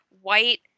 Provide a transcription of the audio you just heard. white